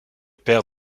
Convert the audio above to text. père